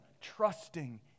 trusting